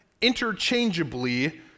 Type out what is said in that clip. interchangeably